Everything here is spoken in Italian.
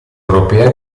europea